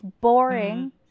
boring